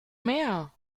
mehr